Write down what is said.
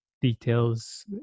details